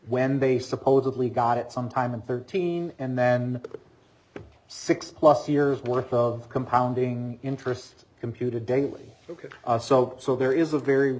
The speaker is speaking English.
when they supposedly got it sometime in thirteen and then six plus years worth of compounding interest computed daily ok so so there is a very